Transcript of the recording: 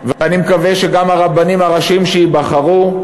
ואני מקווה שגם הרבנים הראשיים שייבחרו,